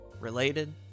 related